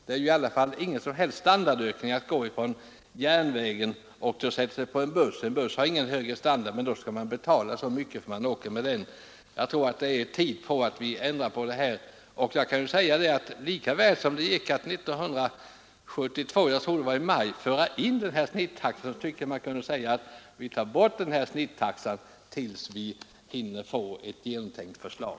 Det innebär ju ingen som helst standardökning att gå över från järnvägen och fortsätta resan med buss. En buss har inte någon högre standard, men ändå skall man få betala så mycket för att man reser med bussen. Jag tror att det är på tiden att vi ändrar på detta. Lika väl som det 1972 — jag tror att det var i maj — gick att införa denna snittaxa, tycker jag att man borde kunna ta bort denna till dess vi har fått ett genomtänkt förslag.